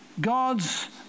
God's